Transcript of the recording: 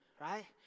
Right